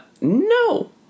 no